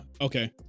Okay